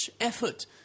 effort